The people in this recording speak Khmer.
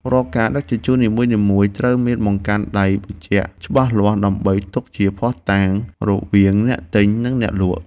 រាល់ការដឹកជញ្ជូននីមួយៗត្រូវមានបង្កាន់ដៃបញ្ជាក់ច្បាស់លាស់ដើម្បីទុកជាភស្តតាងរវាងអ្នកទិញនិងអ្នកលក់។